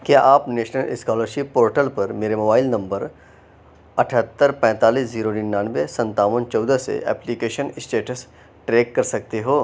کیا آپ national scholarship portal پر میرے موبائل نمبر اٹھتر پینتالیس زیرو ننانوے ستاون چودہ سے ایپلیکیشن اسٹیٹس ٹریک کر سکتے ہو